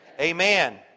Amen